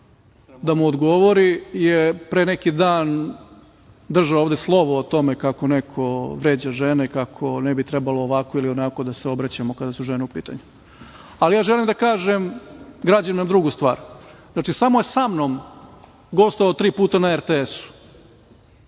da mu odgovori je pre neki dan držao ovde slovo o tome kako neko vređa žene, kako ne bi trebalo ovako ili onako da se obraćamo kad su žene u pitanju. Želim da kažem građanima drugu stvar. Samo je sa mnom gostovao tri puta na RTS-u.